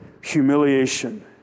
humiliation